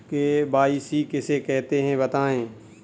KYC किसे कहते हैं बताएँ?